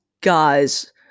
guys